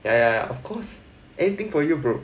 yeah yeah of course anything for you bro